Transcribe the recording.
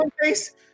face